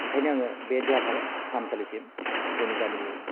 ओंखायनो आङो बे देहा फाहामसालिसिम जोंनि गामिनि